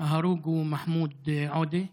ההרוג הוא מחמוד עודה.